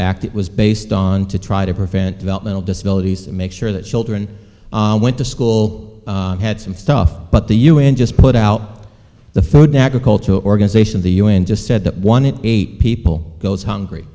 act it was based on to try to prevent developmental disabilities make sure that children went to school had some stuff but the un just put out the food an agricultural organization the u n just said that one it eight people goes hungry